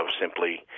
simply